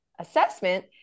assessment